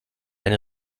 eine